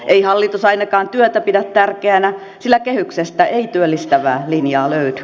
ei hallitus ainakaan työtä pidä tärkeänä sillä kehyksestä ei työllistävää linjaa löydy